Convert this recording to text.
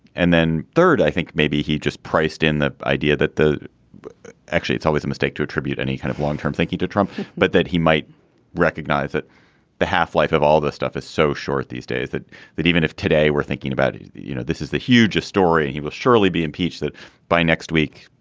and then third i think maybe he just priced in the idea that the actually it's always a mistake to attribute any kind of long term thinking to trump but that he might recognize that the half life of all this stuff is so short these days that that even if today we're thinking about you know this is the hugest story. he will surely be impeached that by next week.